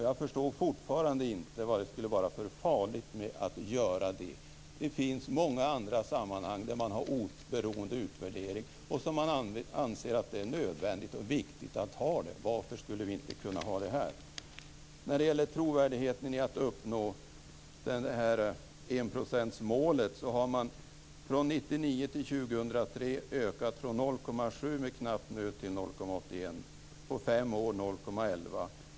Jag förstår fortfarande inte vad det skulle vara för farligt med det. I många andra sammanhang har man oberoende utvärdering och anser att det är nödvändigt och viktigt att ha det. Varför skulle vi inte kunna ha det här? När det gäller trovärdigheten i att uppnå enprocentsmålet har man från 1999 till 2003 med knapp nöd ökat från 0,7 % till 0,81 %, dvs. 0,11 på fem år.